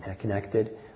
connected